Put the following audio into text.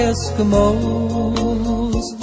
Eskimos